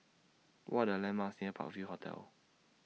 What Are The landmarks near Park View Hotel